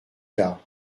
cas